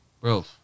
Bro